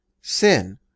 sin